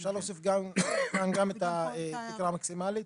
אפשר להוסיף גם כאן את התקרה המקסימלית?